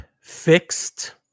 fixed